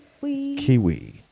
kiwi